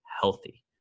healthy